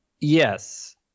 Yes